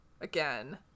again